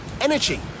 Energy